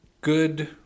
good